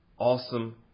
Awesome